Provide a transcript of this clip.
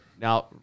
Now